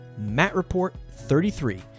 MATTREPORT33